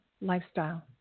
lifestyle